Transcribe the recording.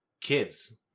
kids